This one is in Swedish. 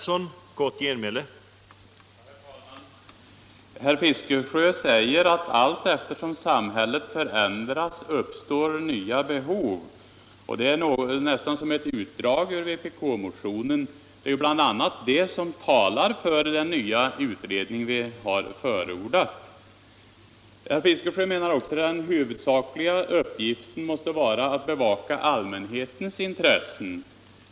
Herr talman! Herr Fiskesjö säger att nya behov uppstår allteftersom samhället förändras. Det låter som ett utdrag ur vpk-motionen. Bl. a. detta talar för den nya utredning som vi har förordat. Herr Fiskesjö anser att JO:s huvudsakliga uppgift måste vara att bevaka allmänhetens intressen.